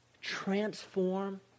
Transform